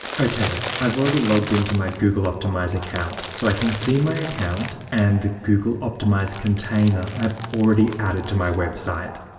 okay, i've already logged into my google optimize account, so i can see my account and the google optimize container i've already added to my website.